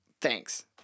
Thanks